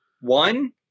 one